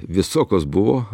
visokios buvo